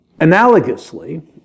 Analogously